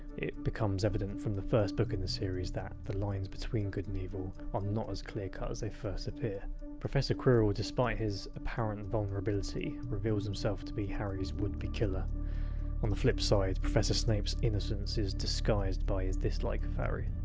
it becomes evident from the first book in the series that the lines between good and evil are not as clear-cut as they first appear professor quirrell, despite his apparent vulnerability, reveals himself to be harry's would-be killer on the flip side, professor snape's innocence is disguised by his dislike of harry.